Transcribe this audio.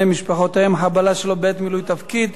משפחותיהם (חבלה שלא בעת מילוי תפקיד)